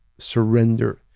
Surrender